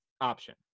option